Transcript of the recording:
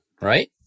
right